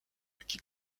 qui